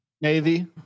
Navy